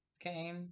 Okay